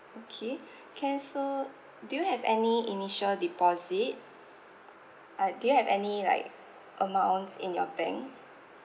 okay can so do you have any initial deposit uh do you any like amounts in your bank